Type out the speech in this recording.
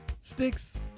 Sticks